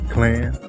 Clan